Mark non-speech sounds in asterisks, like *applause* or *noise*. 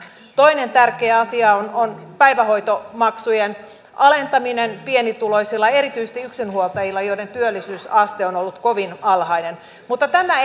toinen tärkeä asia on päivähoitomaksujen alentaminen pienituloisilla erityisesti yksinhuoltajilla joiden työllisyysaste on ollut kovin alhainen mutta tämä *unintelligible*